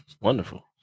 wonderful